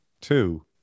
two